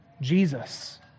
Jesus